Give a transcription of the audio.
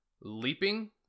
leaping